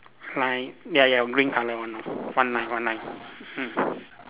line ya ya green colour one ah one line one line mm